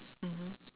mmhmm